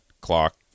clock